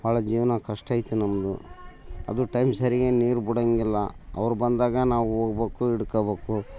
ಭಾಳ ಜೀವನ ಕಷ್ಟ ಐತೆ ನಮ್ಮದು ಅದು ಟೈಮ್ ಸರಿಗೆ ನೀರು ಬಿಡೋಂಗಿಲ್ಲ ಅವ್ರು ಬಂದಾಗ ನಾವು ಹೋಗ್ಬೇಕು ಹಿಡ್ಕಬೇಕು